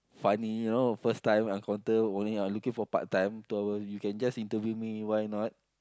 funny you know first time encounter only looking for part-time two hour you can just interview me why not